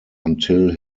until